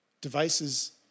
Devices